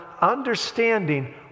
understanding